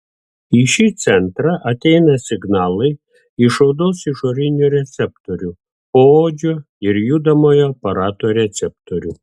į šį centrą ateina signalai iš odos išorinių receptorių poodžio ir judamojo aparato receptorių